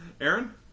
Aaron